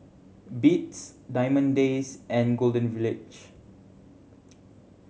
Beats Diamond Days and Golden Village